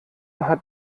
hat